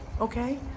okay